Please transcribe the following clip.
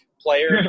player